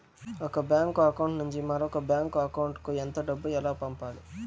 ఒక bank account నుంచి మరొక బ్యాంకు అకౌంట్ కు ఎంత డబ్బు ఎలా పంపాలి